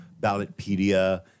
Ballotpedia